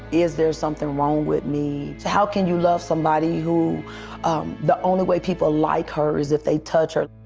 is there something wrong with me? how can you love somebody who the only way people like her is if they touch her?